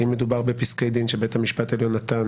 אם מדובר בפסקי דין שבית המשפט העליון נתן